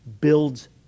builds